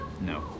No